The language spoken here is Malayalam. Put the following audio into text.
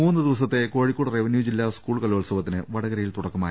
മൂന്നുദിവസത്തെ കോഴിക്കോട് റവന്യു ജില്ലാ സ്കൂൾ കലോ ത്സവത്തിന് വടകരയിൽ തുടക്കമായി